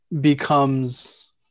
becomes